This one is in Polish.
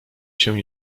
się